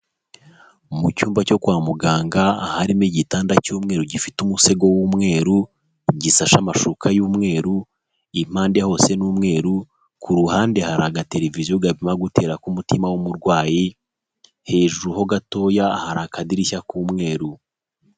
Mu cyumba cyo kwa muganga harimo igitanda cy'umweru, gifite umusego w'umweru, gisashe amashuka y'umweru, impande hose n'umweru, ku ruhande hari agatereviziyo gapima gutera ku kumutima w'umurwayi, hejuru ho gatoya, hari akadirishya k'umweru.